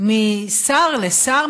משר לשר,